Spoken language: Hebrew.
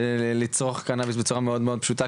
ולצרוך קנביס בצורה מאוד מאוד פשוטה,